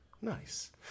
nice